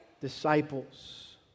disciples